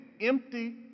empty